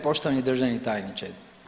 Poštovani državni tajniče.